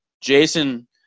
Jason